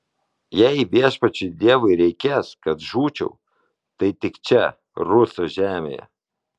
jei viešpačiui dievui reikės kad žūčiau tai tik čia rusų žemėje